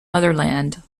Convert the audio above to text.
motherland